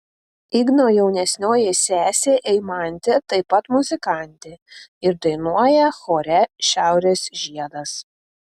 igno jaunesnioji sesė eimantė taip pat muzikantė ir dainuoja chore šiaurės žiedas